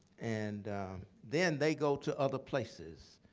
and then they go to other places,